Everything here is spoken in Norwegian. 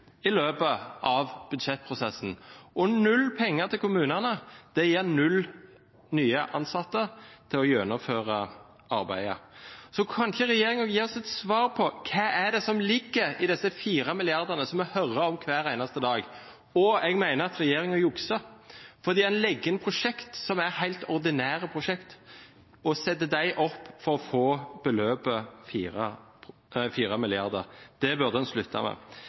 i løpet av budsjettprosessen. Og null penger til kommunene gir null nye ansatte til å gjennomføre arbeidet. Kan ikke regjeringen gi oss et svar: Hva er det som ligger i disse fire milliardene som vi hører om hver eneste dag? Og jeg mener at regjeringen jukser, fordi en legger inn prosjekt som er helt ordinære prosjekt, og setter dem opp for å få beløpet fire milliarder. Det burde en slutte med.